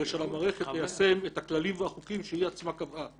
הרי שהמערכת תיישם את הכללים והחוקים שהיא עצמה קבעה,